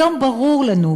היום ברור לנו,